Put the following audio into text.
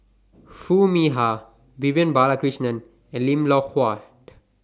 Foo Mee Har Vivian Balakrishnan and Lim Loh Huat